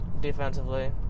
defensively